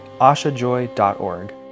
ashajoy.org